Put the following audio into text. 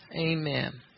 Amen